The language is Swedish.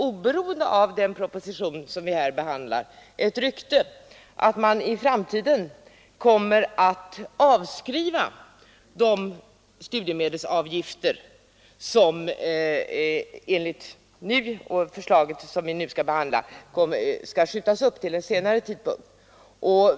Oberoende av den proposition som vi här behandlar går det nämligen nu ett rykte att man i framtiden kommer att avskriva de studiemedelsavgifter som enligt det här förslaget skall skjutas upp till en senare tidpunkt.